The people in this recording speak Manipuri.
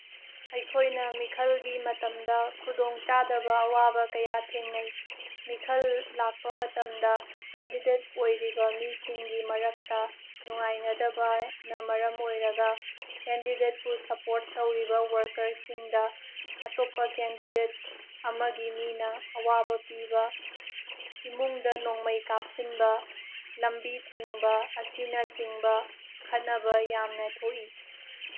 ꯑꯩꯈꯣꯏꯅ ꯃꯤꯈꯜꯒꯤ ꯃꯇꯝꯗ ꯈꯨꯗꯣꯡ ꯆꯥꯗꯕ ꯑꯋꯥꯕ ꯀꯌꯥ ꯊꯦꯡꯅꯩ ꯃꯤꯈꯜ ꯂꯥꯛꯄ ꯃꯇꯝꯗ ꯀꯦꯟꯗꯤꯗꯦꯠ ꯑꯣꯏꯔꯤꯕ ꯃꯤꯁꯤꯡꯒꯤ ꯃꯔꯛꯇ ꯅꯨꯡꯉꯥꯏꯅꯗꯕꯅ ꯃꯔꯝ ꯑꯣꯏꯔꯒ ꯀꯦꯟꯗꯤꯗꯦꯠꯄꯨ ꯁꯄꯣꯔꯠ ꯇꯧꯔꯤꯕ ꯋꯥꯔꯀꯔꯁꯤꯡꯗ ꯑꯇꯣꯞꯄ ꯀꯦꯟꯗꯤꯗꯦꯠ ꯑꯃꯒꯤ ꯃꯤꯅ ꯑꯋꯥꯕ ꯄꯤꯕ ꯏꯃꯨꯡꯗ ꯅꯣꯡꯃꯩ ꯀꯥꯞꯁꯤꯟꯕ ꯂꯝꯕꯤ ꯊꯤꯡꯕ ꯑꯁꯤꯅꯆꯤꯡꯕ ꯈꯠꯅꯕ ꯌꯥꯝꯅ ꯊꯣꯛꯏ